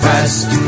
Rest